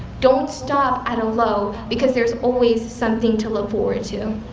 don't stop at a low, because there is always something to look forward to.